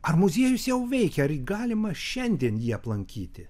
ar muziejus jau veikia ar galima šiandien jį aplankyti